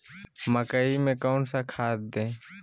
मकई में कौन सा खाद दे?